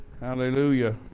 hallelujah